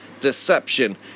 deception